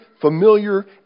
familiar